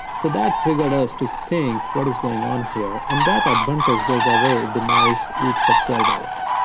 so that triggered us to think what is going on here, and that advantage goes away if the mice eat for twelve hours.